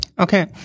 Okay